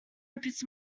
it’s